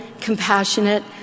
compassionate—